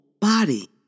body